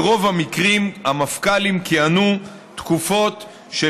ברוב המקרים המפכ"לים כיהנו תקופות של